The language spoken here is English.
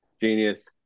genius